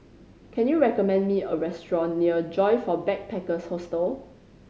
can you recommend me a restaurant near Joyfor Backpackers' Hostel